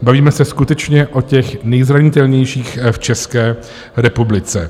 Bavíme se skutečně o těch nejzranitelnějších v České republice.